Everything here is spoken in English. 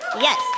Yes